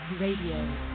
Radio